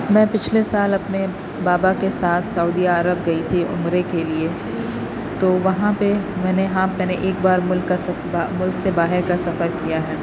میں پچھلے سال اپنے بابا کے ساتھ سعودیہ عرب گئی تھی عمرے کے لیے تو وہاں پہ میں نے ہاں میں نے ایک بار ملک سے باہر کا سفر کیا ہے